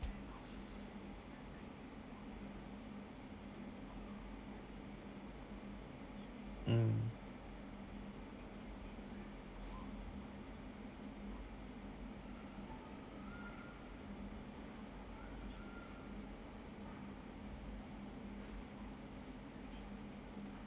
mm